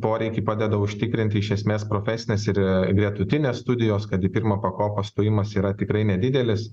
poreikį padeda užtikrinti iš esmės profesinės ir gretutinės studijos kad į pirmą pakopą stojimas yra tikrai nedidelis